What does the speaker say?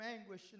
anguish